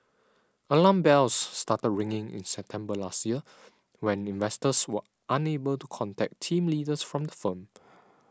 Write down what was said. alarm bells started ringing in September last year when investors were unable to contact team leaders from the firm